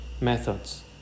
Methods